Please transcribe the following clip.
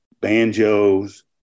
banjos